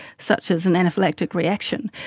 such as an anaphylactic reaction.